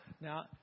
Now